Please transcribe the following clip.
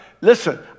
Listen